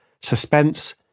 suspense